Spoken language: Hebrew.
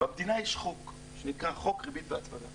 במדינה יש חוק שנקרא חוק ריבית והצמדה.